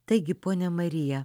taigi ponia marija